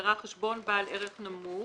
בהגדרה חשבון בעל ערך נמוך.